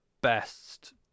best